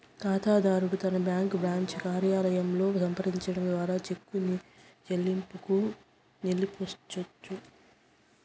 కాతాదారుడు తన bank branch కార్యాలయంలో సంప్రదించడం ద్వారా చెక్కు చెల్లింపుని నిలపొచ్చు